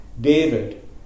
David